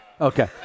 Okay